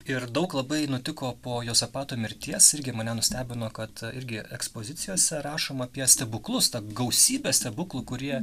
ir daug labai nutiko po juozapato mirties irgi mane nustebino kad irgi ekspozicijose rašoma apie stebuklus tą gausybę stebuklų kurie